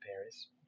Paris